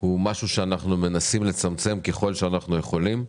הוא דבר שאנחנו מנסים לצמצם ככל שאנחנו יכולים.